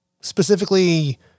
Specifically